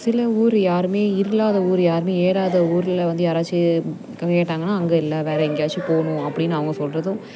சில ஊர் யாருமே இல்லாத ஊர் யாருமே ஏறாத ஊரில் வந்து யாராச்சும் கேட்டாங்கன்னா அங்கே இல்லை வேறு எங்கேயாச்சும் போகணும் அப்படின்னு அவங்க சொல்லுறதும்